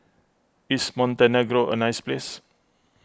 is Montenegro a nice place